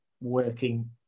working